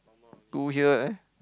two year eh